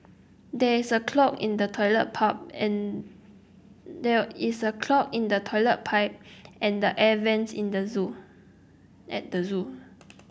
there is a clog in the toilet pipe and there is a clog in the toilet pipe and the air vents in the zoo at the zoo